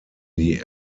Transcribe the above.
die